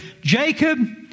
Jacob